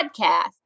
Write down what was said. podcast